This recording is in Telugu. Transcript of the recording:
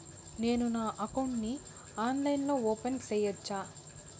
నేను నా అకౌంట్ ని ఆన్లైన్ లో ఓపెన్ సేయొచ్చా?